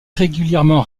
régulièrement